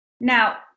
now